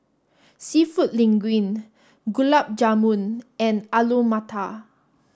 Seafood Linguine Gulab Jamun and Alu Matar